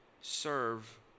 serve